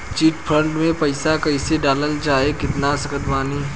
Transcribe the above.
Chit fund मे पईसा कईसे डाल चाहे निकाल सकत बानी?